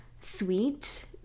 sweet